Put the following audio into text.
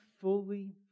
fully